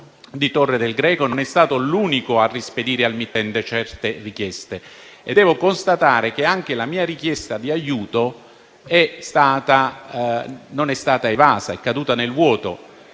di Torre del Greco non è stato l'unico a rispedire al mittente certe richieste. Devo constatare che anche la mia richiesta di aiuto non è stata evasa ed è caduta nel vuoto,